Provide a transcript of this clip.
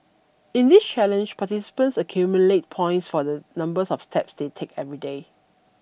in this challenge participants accumulate points for the numbers of tax they take every day